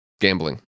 Gambling